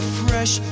fresh